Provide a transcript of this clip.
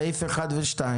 סעיפים 1 ו-2.